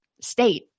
state